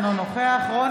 אינו נוכח רון